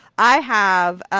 i have.